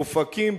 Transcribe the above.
אופקים,